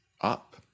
up